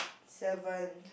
seven